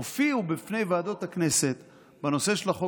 הופיעו בפני ועדות הכנסת בנושא של החוק